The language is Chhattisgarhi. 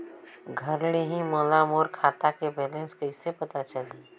घर ले ही मोला मोर खाता के बैलेंस कइसे पता चलही?